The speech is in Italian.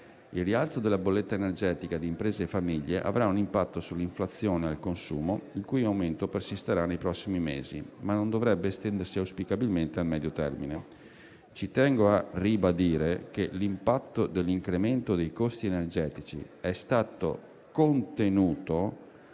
Il rialzo della bolletta energetica di imprese e famiglie avrà un impatto sull'inflazione al consumo, il cui aumento persisterà nei prossimi mesi, ma auspicabilmente non dovrebbe estendersi al medio termine. Ci tengo a ribadire che l'impatto dell'incremento dei costi energetici è stato contenuto